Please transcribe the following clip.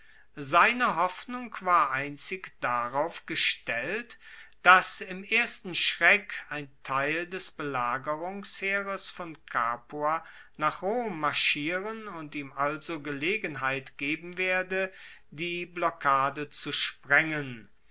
seine hoffnung war einzig darauf gestellt dass im ersten schreck ein teil des belagerungsheeres von capua nach rom marschieren und ihm also gelegenheit geben werde die blockade zu sprengen